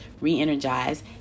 re-energize